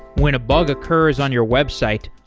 when a bug occurs on your website,